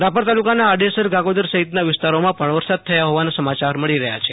રાપર તાલુકાના આડેસર ગાગોદર સહિતના વિસ્તરોમાં પણ વરસાદ થયા હોવાના સમાચાર મળો રહયા છે